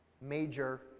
major